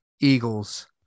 Eagles